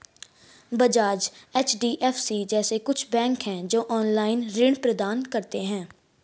Bajaj, HDFC जैसे कुछ bank है, जो ऑनलाईन ऋण प्रदान करते हैं